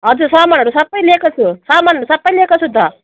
हजुर सामानहरू सबै लिएको छु सामानहरू सबै लिएको छु त